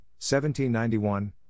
1791